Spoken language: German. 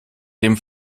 dem